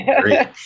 great